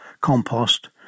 compost